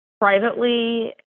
privately